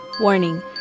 Warning